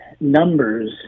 numbers